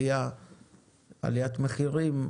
עליית מחירים,